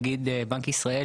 נגיד בנק ישראל,